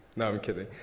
no, i'm kidding.